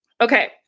Okay